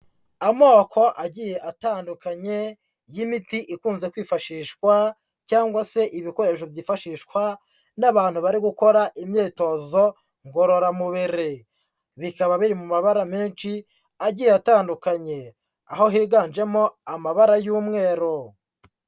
Amoko agiye atandukanye y'imiti ikunze kwifashishwa cyangwa se ibikoresho byifashishwa n'abantu bari gukora imyitozo ngororamubiri. Bikaba biri mu mabara menshi agiye atandukanye. Aho higanjemo amabara y'umweru.